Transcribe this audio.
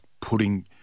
putting